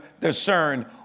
discern